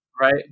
right